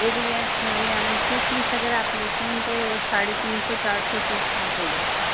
daily wears میرے یہاں two piece اگر آپ لیتے ہیں تو ساڑھے تین سو چار سو سے اسٹارٹ ہو جاتا ہے